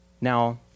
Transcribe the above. Now